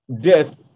death